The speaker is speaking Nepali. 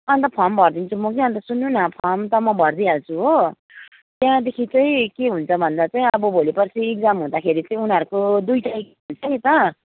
अन्त फर्म भरिदिन्छु म कि अन्त सुन्नु न फर्म त म भरिदिई हाल्छु हो त्यहाँदेखि चाहिँ के हुन्छ भन्दा चाहिँ अब भोलि पर्सि इक्जाम हुँदाखेरि चाहिँ उनीहरूको दुईवटा इक्जाम हुन्छ नि त